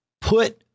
put